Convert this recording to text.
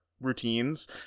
routines